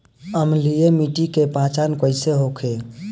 अम्लीय मिट्टी के पहचान कइसे होखे?